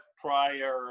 prior